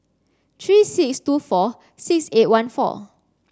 three six two four six eight one four